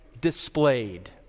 displayed